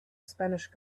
spanish